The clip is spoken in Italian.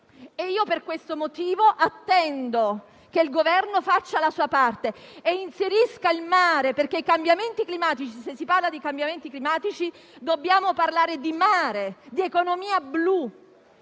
Per questo motivo, attendo che il Governo faccia la sua parte e inserisca il tema del mare: se si parla di cambiamenti climatici, si deve parlare di mare e di economia blu.